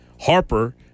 Harper